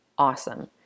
Awesome